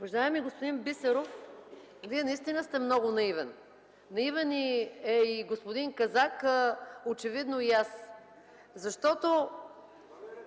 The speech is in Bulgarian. Уважаеми господин Бисеров, Вие наистина сте много наивен. Наивен е и господин Казак, а очевидно и аз. Защото